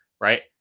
Right